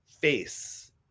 face